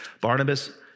Barnabas